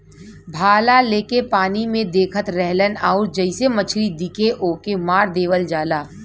भाला लेके पानी में देखत रहलन आउर जइसे मछरी दिखे ओके मार देवल जाला